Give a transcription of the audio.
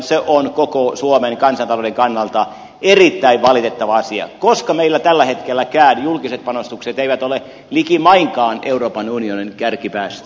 se on koko suomen kansantalouden kannalta erittäin valitettava asia koska meillä tällä hetkelläkään julkiset panostukset eivät ole likimainkaan euroopan unionin kärkipäästä